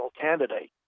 candidate